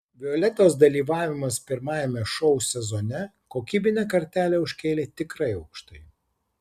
violetos dalyvavimas pirmajame šou sezone kokybinę kartelę užkėlė tikrai aukštai